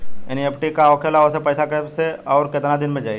NEFT का होखेला और ओसे पैसा कैसे आउर केतना दिन मे जायी?